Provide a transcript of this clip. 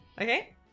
Okay